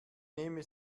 nehme